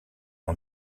ont